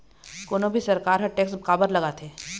कोनो भी सरकार ह टेक्स काबर लगाथे?